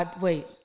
Wait